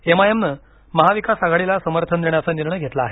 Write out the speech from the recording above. एमआयएमनं महाविकास आघाडीला समर्थन देण्याचा निर्णय घेतला आहे